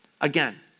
again